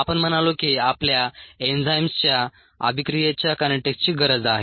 आपण म्हणालो की आपल्याला एन्झाईम्सच्या अभिक्रियेच्या कायनेटीक्सची गरज आहे